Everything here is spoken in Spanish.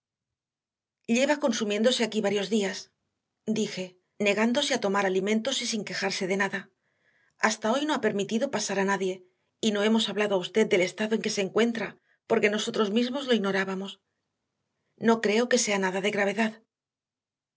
lleva consumiéndose aquí varios días dije negándose a tomar alimentos y sin quejarse de nada hasta hoy no ha permitido pasar a nadie y no hemos hablado a usted del estado en que se encuentra porque nosotros mismos lo ignorábamos no creo que sea nada de gravedad